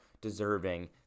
deserving